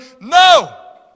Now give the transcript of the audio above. no